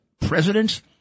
presidents